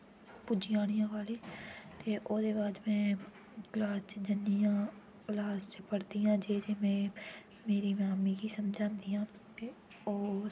पुज्जी ज'न्नी आं कॉलेज ते ओह्दे बाद में क्लॉस च ज'न्नी आं क्लॉस च पढ़दी आं जे जे में मेरी मैम मिगी समझादियां ते ओह् ओह् सब में